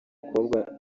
umukobwa